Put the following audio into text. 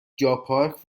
جاپارک